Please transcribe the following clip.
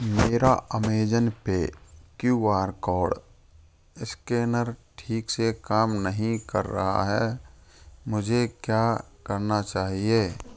मेरा Amazon pay Q R code scanner ठीक से काम नहीं कर रहा है मुझे क्या करना चाहिए